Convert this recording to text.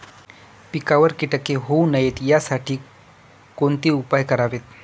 पिकावर किटके होऊ नयेत यासाठी कोणते उपाय करावेत?